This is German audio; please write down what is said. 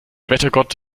wettergott